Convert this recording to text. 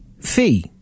fee